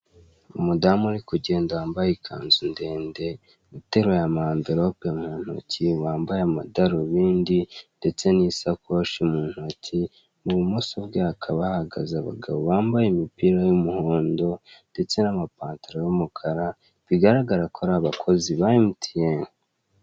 Umudamu uri kugenda wambaye ikanzu ndende uteruye ama anverope mu ntoki, wambaye amadarubindi ndetse n'isakoshi mu ntoki. Ibumoso bwe hakaba hahagaze abagabo bambaye imipira y'umuhondo ndetse n'amapantaro y'umukara bigaragara ko ari abakozi ba emutiyene.